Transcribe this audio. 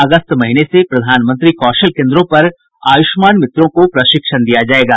अगस्त महीने से प्रधानमंत्री कौशल केंद्रों पर आयुष्मान मित्रों को प्रशिक्षण दिया जायेगा